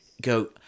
go